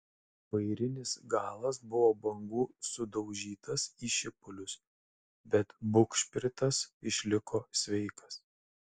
vairinis galas buvo bangų sudaužytas į šipulius bet bugšpritas išliko sveikas